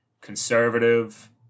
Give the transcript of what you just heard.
conservative